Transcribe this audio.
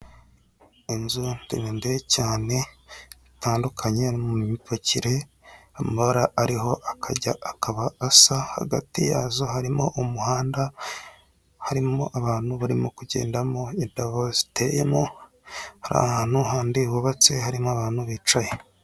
Inzu ndende cyane zitandukanye no mu myubakire, amabara ariho akajya akaba asa, hagati yazo harimo umuhanda, harimo abantu barimo kugendamo, indabo ziteyemo, hari ahantu handi hubatse harimo abantu bicaye.